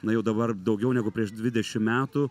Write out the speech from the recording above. na jau dabar daugiau negu prieš dvidešim metų